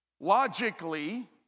logically